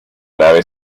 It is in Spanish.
nave